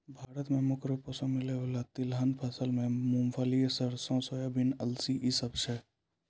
भारत मे मुख्य रूपो से मिलै बाला तिलहन फसलो मे मूंगफली, सरसो, सोयाबीन, अलसी इ सभ छै